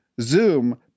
Zoom